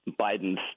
Biden's